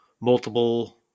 multiple